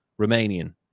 Romanian